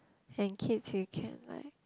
and kids you can like